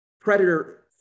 predator